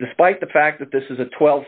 despite the fact that this is a twelve